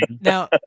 now